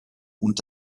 und